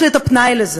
יש לי את הפנאי לזה.